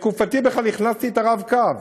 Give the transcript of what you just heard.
בתקופתי בכלל הכנסתי את ה"רב-קו".